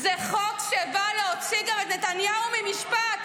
זה חוק שבא להוציא את נתניהו ממשפט.